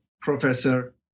professor